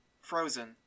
Frozen